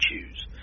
choose